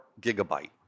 gigabyte